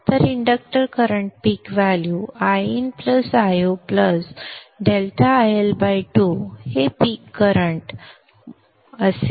तर inductor current peak value Iin Io ∆IL2 हे peak current मूल्य असेल